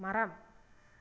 மரம்